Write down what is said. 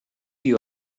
you